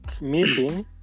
meeting